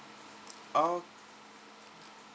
oh